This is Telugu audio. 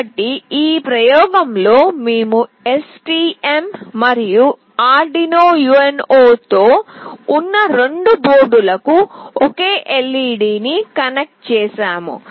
కాబట్టి ఈ ప్రయోగంలో మేము STM మరియు Arduino UNO తో ఉన్న రెండు బోర్డులకు ఒకే LED ని కనెక్ట్ చేసాము